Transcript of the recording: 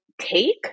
take